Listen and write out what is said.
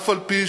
אף-על-פי